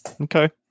Okay